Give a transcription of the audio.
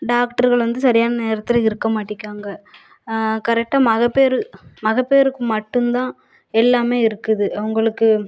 டாக்டர்கள் வந்து சரியான நேரத்தில் இருக்க மாட்டிக்கிறாங்க கரெக்டாக மகப்பேறு மகப்பேறுக்கு மட்டும்தான் எல்லாமே இருக்குது அவங்களுக்கு